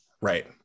right